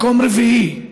מקום רביעי,